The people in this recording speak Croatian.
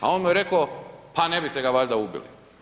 A on mu je rekao pa ne bi ga valjda ubili.